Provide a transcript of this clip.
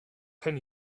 ten